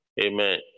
Amen